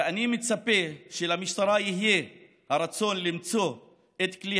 ואני מצפה שלמשטרה יהיה הרצון למצוא את כלי